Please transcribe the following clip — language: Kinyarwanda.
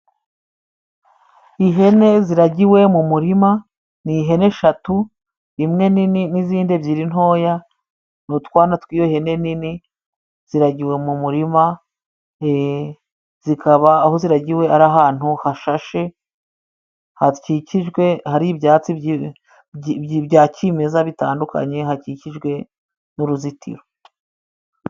Ihene ziragiwe mu murima, ni ihene eshatu imwe nini n'izindi ebyiri ntoya, n'utwana tw'iyohene nini, ziragiwe mu murima. Zikaba aho ziragiwe ari ahantu hashashe hakikijwe hari ibyatsi bya cimeza bitandukanye hakikijwe n'uruzitiro.